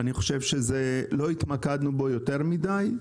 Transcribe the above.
לא התמקדנו בו יותר מדי.